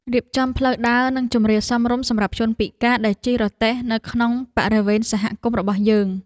រៀបចំផ្លូវដើរនិងជម្រាលសមរម្យសម្រាប់ជនពិការដែលជិះរទេះនៅក្នុងបរិវេណសហគមន៍របស់យើង។